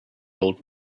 old